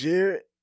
Jared